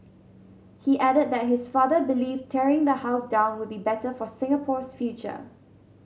he added that his father believed tearing the house down would be better for Singapore's future